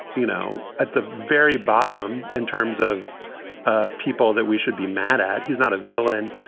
you know, at the very bottom in terms of ah people that we should be mad at. he's not a villain.